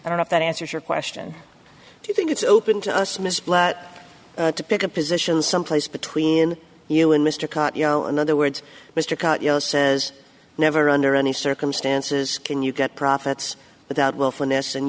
i don't know if that answers your question do you think it's open to us misplaced to pick a position someplace between you and mr caught you know in other words mr says never under any circumstances can you get profits without will